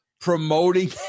promoting